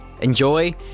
Enjoy